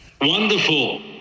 Wonderful